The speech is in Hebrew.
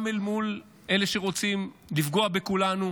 גם אל מול אלה שרוצים לפגוע בכולנו.